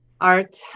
art